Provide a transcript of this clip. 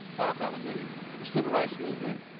wow, if i was in the civil rights movement